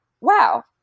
wow